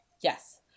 Yes